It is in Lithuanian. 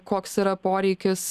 koks yra poreikis